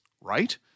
right